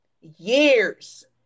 years